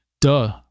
duh